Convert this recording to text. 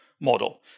model